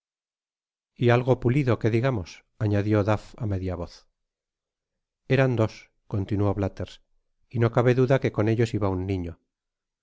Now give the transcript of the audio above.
y algo pulido que digamos añadió dult á media voz reran dos continuó blathers y no cabo duda que con ellos iba un niño